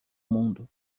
mundo